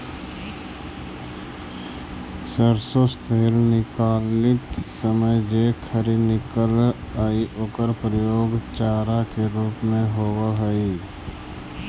सरसो तेल निकालित समय जे खरी निकलऽ हइ ओकर प्रयोग चारा के रूप में होवऽ हइ